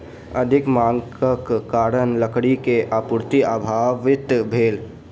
अधिक मांगक कारण लकड़ी के आपूर्ति प्रभावित भेल